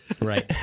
Right